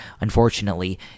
unfortunately